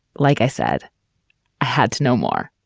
like i said, i had to know more